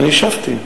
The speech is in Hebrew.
אני השבתי.